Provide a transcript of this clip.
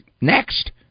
next